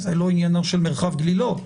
זה לא עניינו של מרחב גלילות.